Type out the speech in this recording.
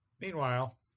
Meanwhile